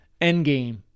Endgame